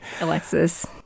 Alexis